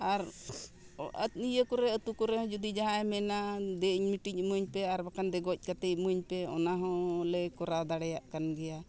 ᱟᱨ ᱱᱤᱭᱟᱹ ᱠᱚᱨᱮ ᱟᱹᱛᱩ ᱠᱚᱨᱮᱦᱚᱸ ᱡᱩᱫᱤ ᱡᱟᱦᱟᱸᱭ ᱢᱮᱱᱟ ᱫᱮ ᱤᱧ ᱢᱤᱫᱴᱤᱡ ᱤᱢᱟᱹᱧ ᱯᱮ ᱟᱨ ᱵᱟᱠᱷᱟᱱ ᱫᱮ ᱜᱚᱡ ᱠᱟᱛᱮ ᱤᱢᱟᱹᱧ ᱯᱮ ᱚᱱᱟ ᱦᱚᱸᱞᱮ ᱠᱚᱨᱟᱣ ᱫᱟᱲᱮᱭᱟᱜ ᱠᱟᱱ ᱜᱮᱭᱟ